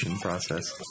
process